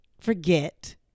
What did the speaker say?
forget